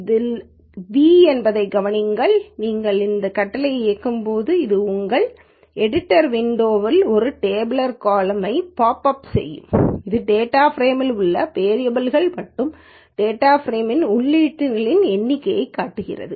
இது V என்பதைக் கவனியுங்கள் நீங்கள் இந்த கட்டளையை இயக்கியதும் அது உங்கள் எடிட்டர் விண்டோவில் ஒரு டேபிளர்காலம்யை பாப் அப் செய்யும் இது டேட்டா ப்ரேமில் உள்ள வேரியபல் கள் மற்றும் டேட்டா ப்ரேமில் உள்ளீடுகளின் எண்ணிக்கையைக் காட்டுகிறது